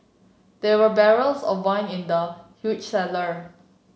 there were barrels of wine in the huge cellar